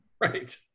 right